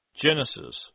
Genesis